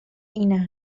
این